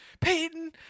Peyton